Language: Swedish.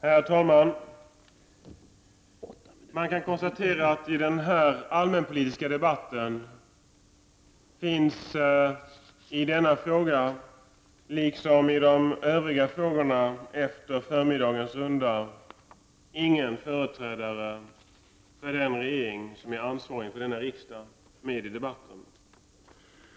Herr talman! Man kan konstatera att det i den här allmänpolitiska debatten inte finns — när det gäller denna fråga, liksom när det gäller de övriga frågorna efter förmiddagens runda — någon företrädare för den regering som är ansvarig inför denna riksdag med i debatten.